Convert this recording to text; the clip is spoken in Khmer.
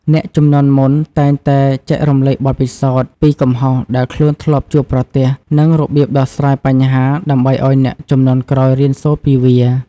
អ្នកជំនាន់មុនតែងតែចែករំលែកបទពិសោធន៍ពីកំហុសដែលខ្លួនធ្លាប់ជួបប្រទះ និងរបៀបដោះស្រាយបញ្ហាដើម្បីឱ្យអ្នកជំនាន់ក្រោយរៀនសូត្រពីវា។